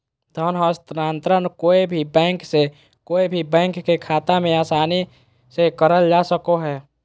धन हस्तान्त्रंण कोय भी बैंक से कोय भी बैंक के खाता मे आसानी से करल जा सको हय